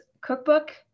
cookbook